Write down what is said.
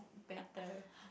better